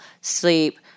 sleep